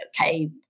okay